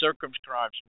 circumscribes